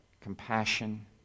compassion